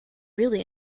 really